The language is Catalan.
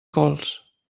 cols